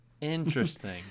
Interesting